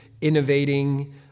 innovating